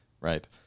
right